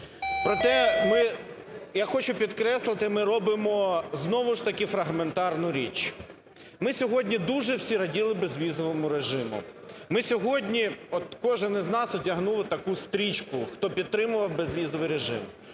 Проте ми, я хочу підкреслити, ми робимо знову ж таки фрагментарну річ. Ми сьогодні дуже всі раділи безвізовому режиму, ми сьогодні, от кожен із нас одягнув отаку стрічку, хто підтримував безвізовий режим.